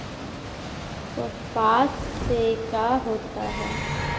कपास से का होता है?